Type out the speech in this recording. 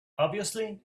obviously